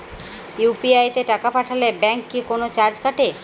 UPI তে টাকা পাঠালে ব্যাংক কি কোনো চার্জ কাটে?